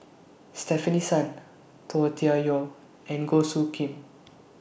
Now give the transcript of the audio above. Stefanie Sun Tian Yau and Goh Soo Khim